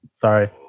Sorry